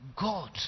God